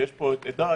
ויש פה את עדיי,